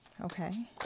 Okay